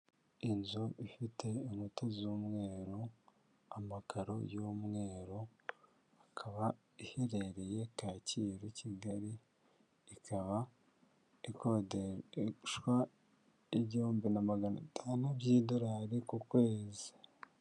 Inzu ifite inkuta z'umweru, amakaro y'umweru, ikaba iherereye Kacyiru Kigali, ikaba ikodeshwa igihumbi na magana atanu by'idolari ku kwezi.